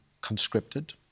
conscripted